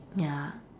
ya